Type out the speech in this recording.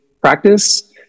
practice